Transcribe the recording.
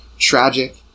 Tragic